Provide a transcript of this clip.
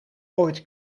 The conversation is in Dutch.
ooit